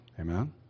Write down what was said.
Amen